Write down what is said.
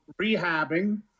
rehabbing